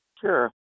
Sure